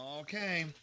Okay